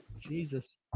Jesus